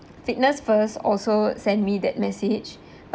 fitness first also sent me that message but